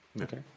Okay